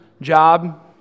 job